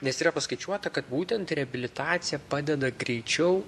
nes yra paskaičiuota kad būtent reabilitacija padeda greičiau